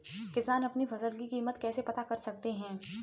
किसान अपनी फसल की कीमत कैसे पता कर सकते हैं?